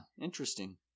interesting